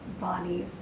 bodies